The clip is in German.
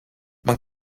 man